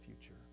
future